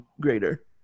greater